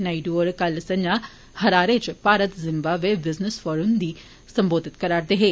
नायडू होर कल संझा हरारे च भारत जिम्बाबे विजनेस फोरम गी सम्बोधित करा रदे हे